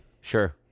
Sure